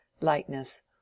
lightness